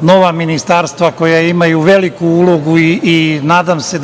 nova ministarstva, koja imaju veliku ulogu i nadam se